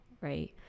right